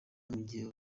mugihe